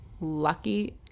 lucky